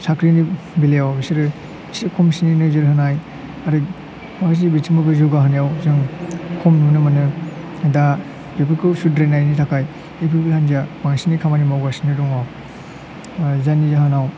साख्रिनि बेलायाव बिसोरो एसे खमसिनै नोजोर होनाय ओरै माखासे बिथिङाव जौगाहोनायाव जों खम नुनो मोनो दा बेफोरखौ सुद्रायनायनि थाखाय इउपिपिएल हान्जाया बांसिनै खामानि मावगासिनो दङ जायनि जाहोनाव